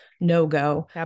no-go